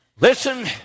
Listen